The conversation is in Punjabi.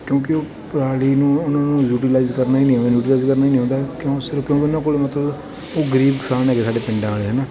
ਕਿਉਂਕਿ ਉਹ ਪਰਾਲੀ ਨੂੰ ਉਹਨਾਂ ਨੂੰ ਯੂਟੀਲਾਇਜ ਕਰਨਾ ਹੀ ਨਹੀਂ ਆਉਂਦਾ ਯੂਟੀਲਾਇਜ ਕਰਨਾ ਹੀ ਨਹੀਂ ਆਉਂਦਾ ਕਿਉਂ ਸਿਰਫ਼ ਕਿਉਂਕਿ ਉਹਨਾਂ ਕੋਲ ਮਤਲਬ ਉਹ ਗਰੀਬ ਕਿਸਾਨ ਹੈਗੇ ਸਾਡੇ ਪਿੰਡਾਂ ਵਾਲੇ ਹੈ ਨਾ